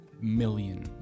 million